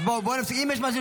בואו נפסיק.